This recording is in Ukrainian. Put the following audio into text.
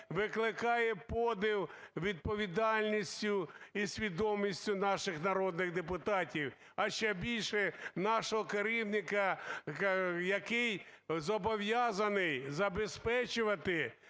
викликає подив відповідальністю і свідомістю наших народних депутатів. А ще більше нашого керівника, який зобов'язаний забезпечувати